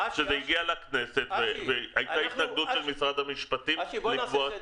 שזה הגיע לכנסת והייתה התנגדות של משרד המשפטים -- שיחשוב שבוע פעמיים.